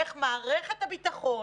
איך מערכת הביטחון